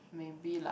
maybe like